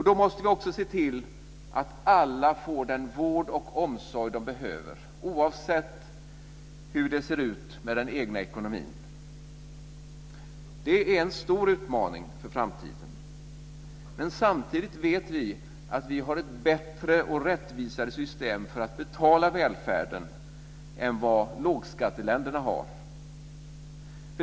Då måste vi också se till att alla får den vård och omsorg de behöver, oavsett hur det ser ut med den egna ekonomin. Det är en stor utmaning för framtiden. Men samtidigt vet vi att vi har ett bättre och rättvisare system för att betala välfärden än vad lågskatteländerna har.